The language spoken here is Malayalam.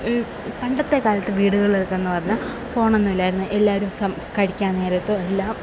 പണ്ടത്തെ കാലത്ത് വീടുകളിലൊക്കെയെന്ന് പറഞ്ഞാല് ഫോണൊന്നുമില്ലായിരുന്നു എല്ലാവരും കഴിക്കാന് നേരത്തുമെല്ലാം